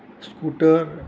scooter